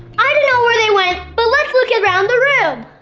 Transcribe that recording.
i don't know where they went, but let's look around the room!